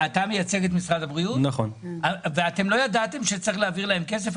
לא ידעתם שצריך להעביר להם כסף?